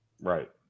Right